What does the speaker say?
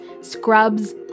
scrubs